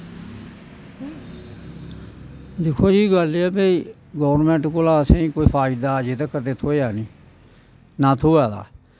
दिक्खो जी गल्ल एह् ऐ भाई गौरमैंट कोला असें कोई फायदा अजें तक्कर ते थ्होआ नेंई ना थ्होआ दा